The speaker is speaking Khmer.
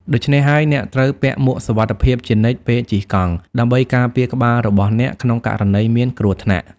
ដូច្នេះហើយ អ្នកត្រូវពាក់មួកសុវត្ថិភាពជានិច្ចពេលជិះកង់ ដើម្បីការពារក្បាលរបស់អ្នកក្នុងករណីមានគ្រោះថ្នាក់។